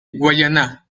guyana